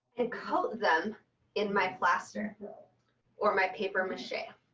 and coat them in my plaster or my paper mache. yeah